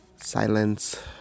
Silence